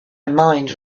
mind